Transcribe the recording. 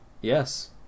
Yes